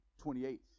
28